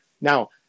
Now